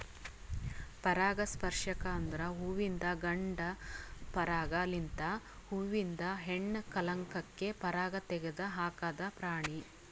ಪರಾಗಸ್ಪರ್ಶಕ ಅಂದುರ್ ಹುವಿಂದು ಗಂಡ ಪರಾಗ ಲಿಂತ್ ಹೂವಿಂದ ಹೆಣ್ಣ ಕಲಂಕಕ್ಕೆ ಪರಾಗ ತೆಗದ್ ಹಾಕದ್ ಪ್ರಾಣಿ